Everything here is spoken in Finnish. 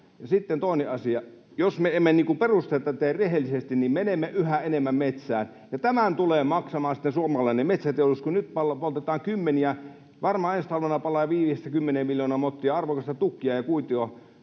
sitten toinen asia: Jos me emme perustetta tee rehellisesti, niin menemme yhä enemmän metsään, ja tämän tulee maksamaan sitten suomalainen metsäteollisuus. Kun nyt poltetaan kymmeniä, varmaan ensi talvena palaa jo viidestä kymmeneen miljoonaan mottia arvokasta tukkia ja kuitua